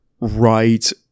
right